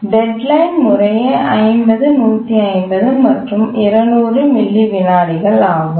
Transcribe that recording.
deadline முறையே 50 150 மற்றும் 200 milli விநாடிகள் ஆகும்